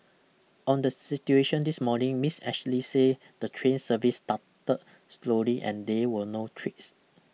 on the situation this morning Ms Ashley say the train service started slowly and they were no trips